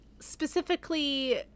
specifically